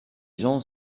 gens